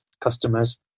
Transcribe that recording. customers